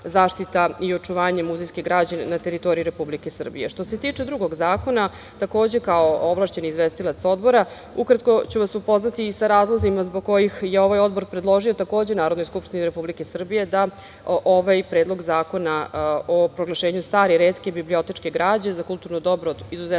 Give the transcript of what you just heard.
i očuvanje muzejske građe, na teritoriji Republike Srbije. Što se tiče drugog zakona, takođe kao ovlašćeni izvestilac Odbora, ukratko ću vas upoznati i sa razlozima, zbog kojih je ovaj odbor i predložio, takođe Narodnoj skupštini Republike Srbije, da ovaj Predlog zakona o proglašenju stare i retke bibliotečke građe, za kulturno dobro od izuzetnog